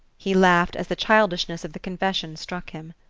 he laughed as the childishness of the confession struck him.